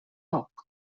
poc